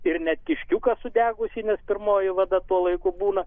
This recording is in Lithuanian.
ir net kiškiuką sudegusį nes pirmoji vada tuo laiku būna